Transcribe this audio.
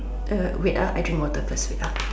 uh wait ah I drink water first wait ah